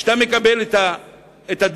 כשאתה מקבל את הדוח,